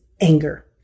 anger